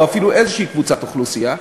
או אפילו איזו קבוצת אוכלוסייה.